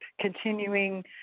continuing